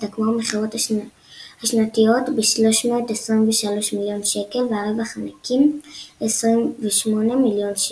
הסתכמו המכירות השנתיות ב-323 מיליון שקל; והרווח הנקי - 28 מיליון שקל.